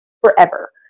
forever